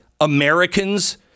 Americans